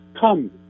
come